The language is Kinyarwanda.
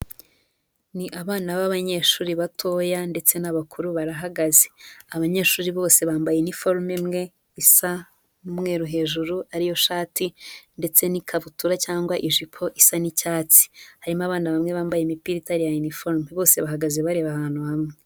Ni abana b'abanyeshuri batoya ndetse n'abakuru barahagaze, abanyeshuri bose bambaye iniforume imwe isa n'umweru hejuru ariyo shati ndetse n'ikabutura cyangwa ijipo isa n'icyatsi, harimo abana bamwe bambaye imipira itari iya iniforume, bose bahagaze bareba ahantu hamwe.